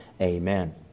amen